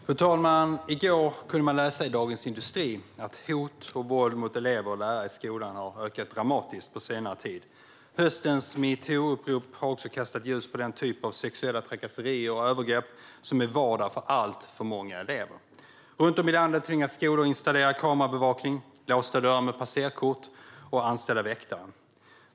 Fru talman! I går kunde man i Dagens industri läsa att hot och våld mot elever och lärare i skolan har ökat dramatiskt på senare tid. Höstens metoo-upprop har också kastat ljus på den typ av sexuella trakasserier och övergrepp som är vardag för alltför många elever. Runt om i landet tvingas skolor installera kameraövervakning, ha låsta dörrar med passerkort och anställa väktare.